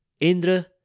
Indra